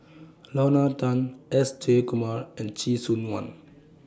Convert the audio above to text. Lorna Tan S Jayakumar and Chee Soon one